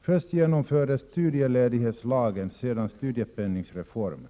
Först genomfördes studieledighetslagen och sedan studiepenningsreformen.